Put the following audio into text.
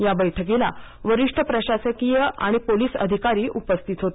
या बैठकीला वरिष्ठ प्रशासकीय आणि पोलीस अधिकारी उपस्थित होते